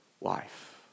life